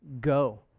go